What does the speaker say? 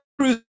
cruise